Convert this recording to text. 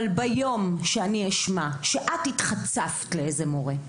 אבל ביום שאני אשמע שאת התחצפת לאיזה מורה,